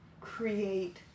create